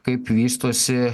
kaip vystosi